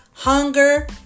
hunger